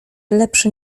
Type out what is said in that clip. lepszy